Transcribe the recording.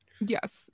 Yes